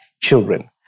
children